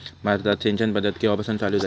भारतात सिंचन पद्धत केवापासून चालू झाली?